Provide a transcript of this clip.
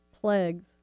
plagues